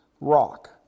rock